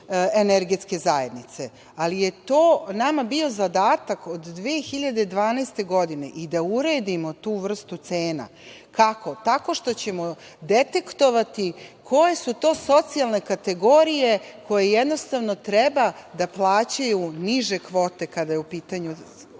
Energetske zajednice. To je nama bio zadatak od 2012. godine i da uredimo tu vrstu cena. Kako? Tako što ćemo detektovati koje su to socijalne kategorije koje jednostavno treba da plaćaju niže kvote kada je u pitanju